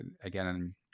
again